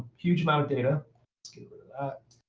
huge amount of data. let's get rid of that.